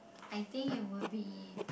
I think it would be